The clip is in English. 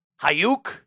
Hayuk